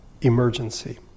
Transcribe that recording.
emergency